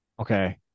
Okay